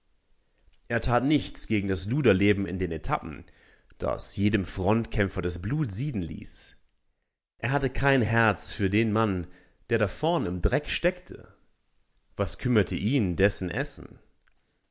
er tat nichts gegen das luderleben in den etappen das jedem frontkämpfer das blut sieden ließ er hatte kein herz für den mann der da vorn im dreck steckte was kümmerte ihn dessen essen